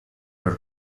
per